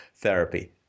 Therapy